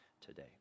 today